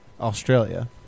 Australia